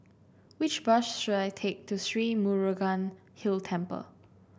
which bus should I take to Sri Murugan Hill Temple